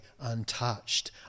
untouched